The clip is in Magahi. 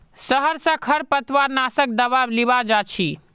शहर स खरपतवार नाशक दावा लीबा जा छि